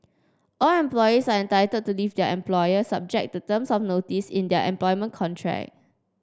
all employees are entitled to leave their employer subject to terms of notice in their employment contract